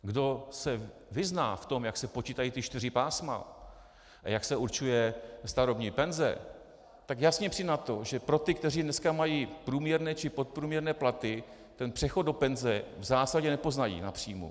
Kdo se vyzná v tom, jak se počítají ta čtyři pásma a jak se určuje starobní penze, tak jasně přijde na to, že pro ty, kteří dneska mají průměrné či podprůměrné platy, ten přechod do penze v zásadě nepoznají na příjmu.